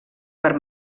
per